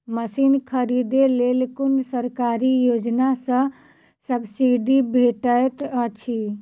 Machine खरीदे लेल कुन सरकारी योजना सऽ सब्सिडी भेटैत अछि?